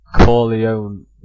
Corleone